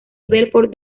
belfort